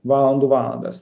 valandų valandas